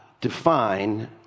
define